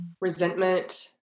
resentment